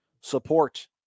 support